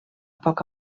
poc